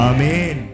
Amen